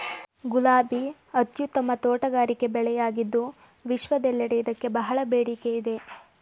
ಗುಲಾಬಿ ಅತ್ಯುತ್ತಮ ತೋಟಗಾರಿಕೆ ಬೆಳೆಯಾಗಿದ್ದು ವಿಶ್ವದೆಲ್ಲೆಡೆ ಇದಕ್ಕೆ ಬಹಳ ಬೇಡಿಕೆ ಇದೆ